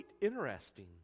interesting